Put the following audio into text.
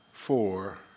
four